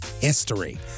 history